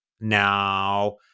Now